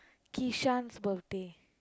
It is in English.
Kishan's birthday